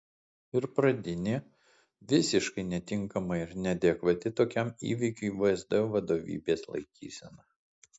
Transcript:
ir pradinė visiškai netinkama ir neadekvati tokiam įvykiui vsd vadovybės laikysena